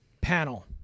panel